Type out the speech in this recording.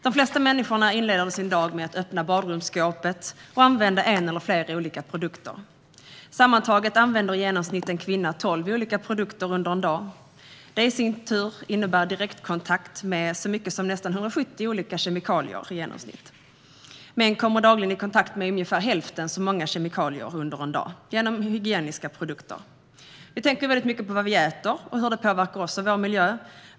De flesta människor inleder sin dag med att öppna badrumsskåpet och använda en eller flera produkter. En kvinna använder i genomsnitt tolv olika produkter under en dag. Det betyder i sin tur direktkontakt med nästan 170 olika kemikalier. Män kommer under en dag i kontakt med ungefär hälften så många kemikalier genom hygieniska produkter. Vi tänker mycket på vad vi äter och hur det påverkar oss och vår miljö.